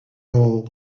all